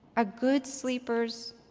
are good sleepers,